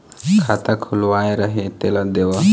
खाता खुलवाय रहे तेला देव?